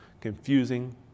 confusing